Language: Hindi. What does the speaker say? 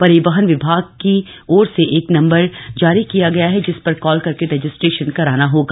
परिवहन विभाग की ओर से एक नंबर जारी किया गया ह जिस पर कॉल करके रजिस्ट्रेशन कराना होगा